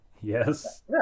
Yes